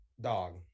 Dog